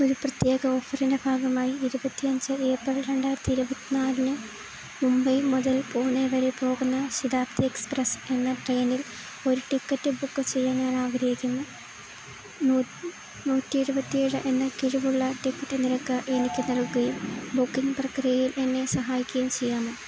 ഒരു പ്രത്യേക ഓഫറിൻ്റെ ഭാഗമായി ഇരുപത്തിയഞ്ച് ഏപ്രിൽ രണ്ടായിരത്തി ഇരുപത്തിനാലിന് മുംബൈ മുതൽ പൂനെ വരെ പോകുന്ന ശതാബ്ദി എക്സ്പ്രസ്സ് എന്ന ട്രെയിനിൽ ഒരു ടിക്കറ്റ് ബുക്ക് ചെയ്യാൻ ഞാനാഗ്രഹിക്കുന്നു നൂറ്റിയെഴുപത്തിയേഴ് എന്ന കിഴിവുള്ള ടിക്കറ്റ് നിരക്ക് എനിക്ക് നൽകുകയും ബുക്കിംഗ് പ്രക്രിയയിൽ എന്നെ സഹായിക്കുകയും ചെയ്യാമോ